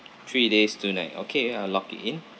three days two night okay I will lock it in